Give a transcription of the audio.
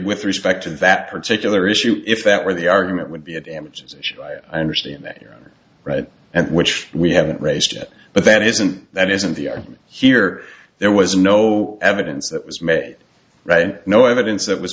with respect to that particular issue if that were the argument would be a damages i understand that you are right and which we haven't raised it but that isn't that isn't the here there was no evidence that was met right and no evidence that was